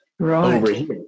Right